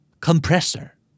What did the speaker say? Compressor